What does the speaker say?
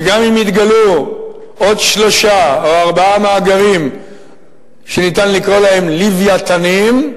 וגם אם יתגלו עוד שלושה או ארבעה מאגרים שניתן לקרוא להם "לווייתנים",